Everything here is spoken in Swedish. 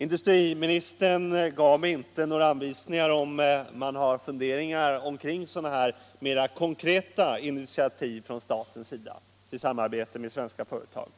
Industriministern upplyste mig inte huruvida man från statens sida har funderingar kring sådana här mer konkreta initiativ i samarbete med - svenska företag.